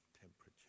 temperature